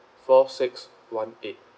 four six one eight